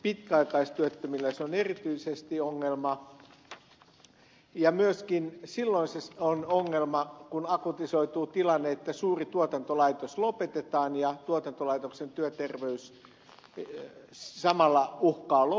pitkäaikaistyöttömillä se on erityisesti ongelma ja myöskin silloin se on ongelma kun akutisoituu tilanne että suuri tuotantolaitos lopetetaan ja tuotantolaitoksen työterveys samalla uhkaa loppua